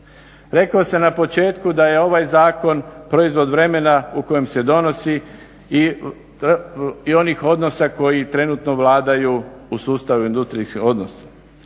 Rekao sam na početku da je ovaj Zakon proizvod vremena u kojem se donosi i onih odnosa koji trenutno vladaju u sustavu …/Govornik se